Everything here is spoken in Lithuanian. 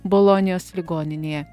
bolonijos ligoninėje